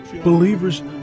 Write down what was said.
believers